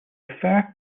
refer